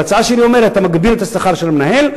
וההצעה שלי אומרת: אתה מגביל את השכר של המנהל,